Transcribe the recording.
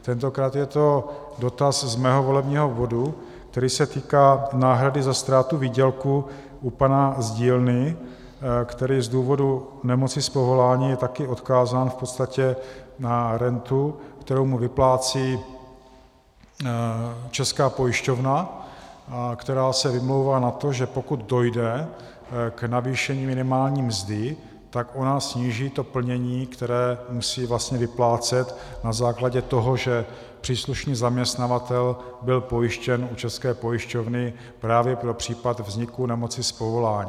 Tentokrát je to dotaz z mého volebního obvodu, který se týká náhrady za ztrátu výdělku u pána z dílny, který z důvodu nemoci z povolání je také odkázán v podstatě na rentu, kterou mu vyplácí Česká pojišťovna, která se vymlouvá na to, že pokud dojde k navýšení minimální mzdy, tak ona sníží to plnění, které musí vlastně vyplácet na základě toho, že příslušný zaměstnavatel byl pojištěn u České pojišťovny právě pro případ vzniku nemoci z povolání.